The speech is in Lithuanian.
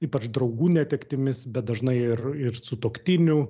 ypač draugų netektimis bet dažnai ir ir sutuoktinių